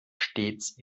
stets